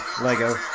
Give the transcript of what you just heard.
Lego